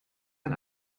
ein